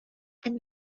and